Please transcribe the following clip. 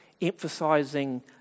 emphasizing